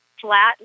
flat